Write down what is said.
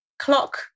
clock